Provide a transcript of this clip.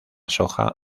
soja